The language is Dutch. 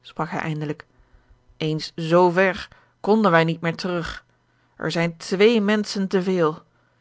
sprak hij eindelijk eens z ver konden wij niet meer terug er zijn twee menschen te veel